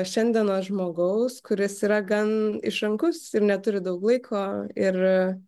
šiandienos žmogaus kuris yra gan išrankus ir neturi daug laiko ir